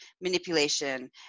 manipulation